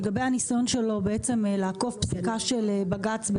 לגבי הניסיון שלו לעקוף פסיקה של בג"ץ עם